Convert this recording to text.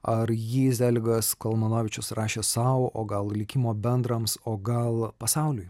ar jį zeligas kalmanovičius rašė sau o gal likimo bendrams o gal pasauliui